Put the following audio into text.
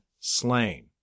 slain